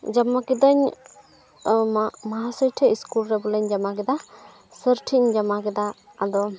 ᱡᱚᱢᱟ ᱠᱤᱫᱟᱹᱧ ᱢᱟᱦᱟᱥᱚᱭ ᱴᱷᱮᱱ ᱤᱥᱠᱩᱞ ᱨᱮ ᱵᱚᱞᱮᱧ ᱡᱚᱢᱟ ᱠᱮᱫᱟ ᱥᱟᱨ ᱛᱷᱮᱱᱤᱧ ᱡᱚᱢᱟ ᱠᱮᱫᱟ ᱟᱫᱚ